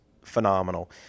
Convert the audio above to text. phenomenal